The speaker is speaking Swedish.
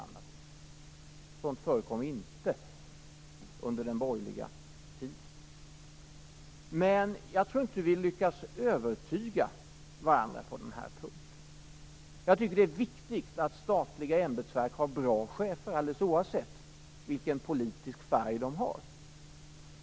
Sådant förekom inte under den borgerliga tiden. Jag tror dock att vi inte lyckas övertyga varandra på den här punkten. Det är viktigt att statliga ämbetsverk har bra chefer, alldeles oavsett politisk färg.